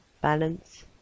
balance